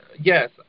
yes